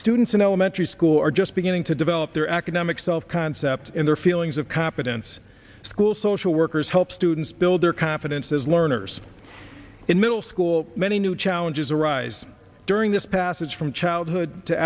students in elementary school are just beginning to develop their academic self concept in their feelings of competence school social workers help students build their confidence as learners in middle school many new challenges arise during this passage from childhood to